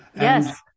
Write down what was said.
yes